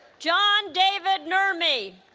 john david nurme